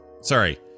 Sorry